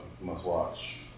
must-watch